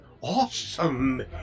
awesome